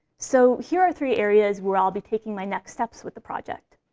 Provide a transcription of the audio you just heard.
so here are three areas where i'll be taking my next steps with the project.